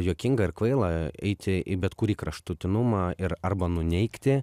juokinga ir kvaila eiti į bet kurį kraštutinumą ir arba nuneigti